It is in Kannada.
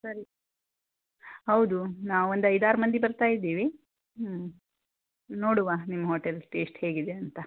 ಸರಿ ಹೌದು ನಾವು ಒಂದೈದಾರು ಮಂದಿ ಬರ್ತಾಯಿದ್ದೀವಿ ನೋಡುವ ನಿಮ್ಮ ಹೋಟೆಲ್ ಟೇಸ್ಟ್ ಹೇಗಿದೆ ಅಂತ